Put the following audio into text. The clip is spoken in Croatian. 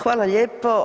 Hvala lijepo.